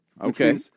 Okay